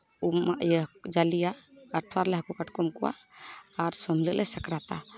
ᱩᱢᱟ ᱤᱭᱟᱹ ᱡᱟᱞᱮᱭᱟ ᱟᱴᱷᱣᱟ ᱨᱮᱞᱮ ᱦᱟᱹᱠᱩ ᱠᱟᱴᱠᱚᱢ ᱠᱚᱣᱟᱟᱨ ᱥᱳᱢ ᱦᱤᱞᱟᱹᱜ ᱞᱮ ᱥᱟᱠᱨᱟᱛᱟ